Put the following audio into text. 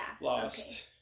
...lost